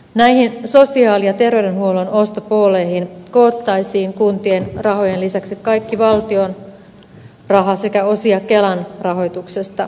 näihin sosiaali ja terveydenhuollon ostopooleihin koottaisiin kuntien rahojen lisäksi kaikki valtion raha sekä osia kelan rahoituksesta